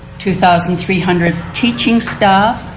two thousand three hundred teaching staff.